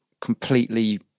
completely